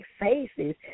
faces